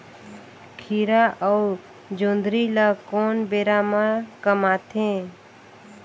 खीरा अउ जोंदरी ल कोन बेरा म कमाथे?